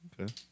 Okay